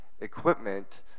equipment